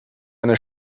eine